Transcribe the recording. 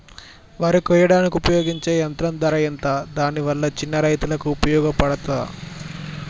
వరి కొయ్యడానికి ఉపయోగించే యంత్రం ధర ఎంత దాని వల్ల చిన్న రైతులకు ఉపయోగపడుతదా?